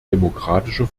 demokratischer